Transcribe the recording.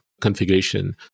configuration